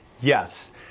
Yes